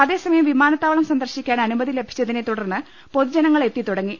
അതേസമയം വിമാനത്താവളം സന്ദർശിക്കാൻ അനുമതി ലഭിച്ചതിനെ തൂടർന്ന് പൊതുജനങ്ങൾ എത്തി തുടങ്ങി